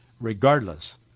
regardless